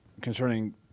concerning